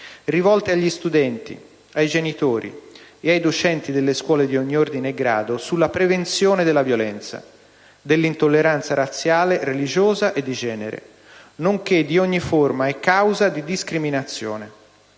rivolte agli studenti, ai genitori e ai docenti delle scuole di ogni ordine e grado, sulla prevenzione della violenza, dell'intolleranza razziale, religiosa e di genere, nonché di ogni forma e causa di discriminazione.